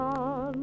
on